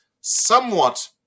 somewhat